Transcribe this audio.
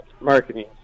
marketing